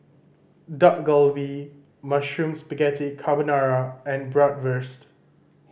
Dak Galbi Mushroom Spaghetti Carbonara and Bratwurst